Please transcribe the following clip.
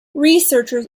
researchers